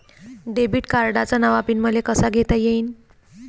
Debit कार्डचा नवा PIN मले कसा घेता येईन?